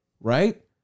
right